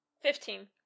Fifteen